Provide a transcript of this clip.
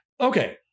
Okay